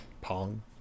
Pong